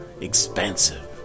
expansive